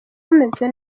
bameze